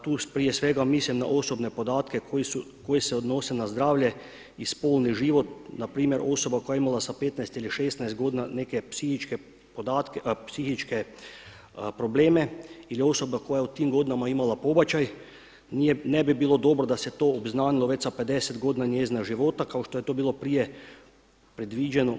Tu prije svega mislim na osobne podatke koji se odnose na zdravlje i spolni život npr. osoba koja je imala sa 15 ili 16 godina neke psihičke probleme ili osoba koja je u tim godinama imala pobačaj ne bi bilo dobro da se to obznanilo već sa 50 godina njezinog života kao što je to bilo prije predviđeno.